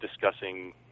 discussing